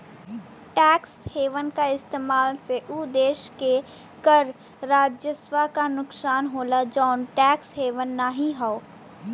tax haven क इस्तेमाल से उ देश के कर राजस्व क नुकसान होला जौन टैक्स हेवन नाहीं हौ